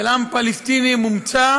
אני צריך מומחים לזה.